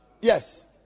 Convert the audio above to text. Yes